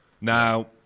now